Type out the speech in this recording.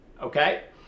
okay